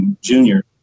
junior